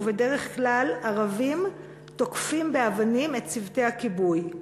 ובדרך כלל ערבים תוקפים באבנים את צוותי הכיבוי.